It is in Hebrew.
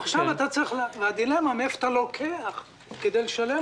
עכשיו הדילמה היא מאיפה אתה לוקח כדי לשלם